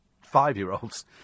five-year-olds